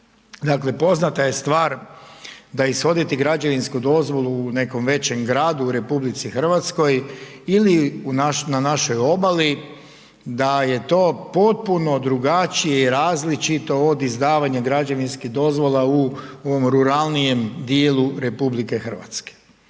poznata je stvar da ishoditi građevinsku dozvolu u nekom većem gradu u Republici Hrvatskoj ili na našoj obali da je to potpuno drugačije, različito od izdavanja građevinskih dozvola u onom ruralnijem dijelu Republike Hrvatske.